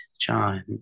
John